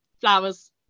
flowers